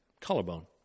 collarbone